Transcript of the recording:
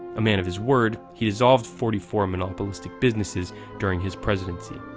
a man of his word, he dissolved forty four monopolistic businesses during his presidency.